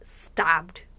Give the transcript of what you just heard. stabbed